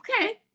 okay